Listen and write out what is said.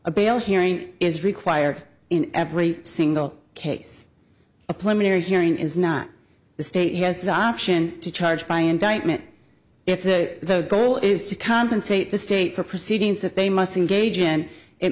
a bail hearing is required in every single case a planetary hearing is not the state has the option to charge by indictment if that the goal is to compensate the state for proceedings that they must engage and it